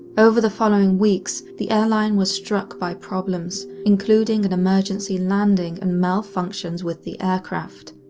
over the following weeks, the airline was struck by problems, including an emergency landing and malfunctions with the aircraft.